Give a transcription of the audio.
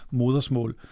modersmål